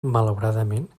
malauradament